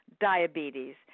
diabetes